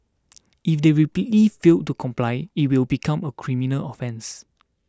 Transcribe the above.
if they repeatedly fail to comply it will become a criminal offence